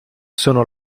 sono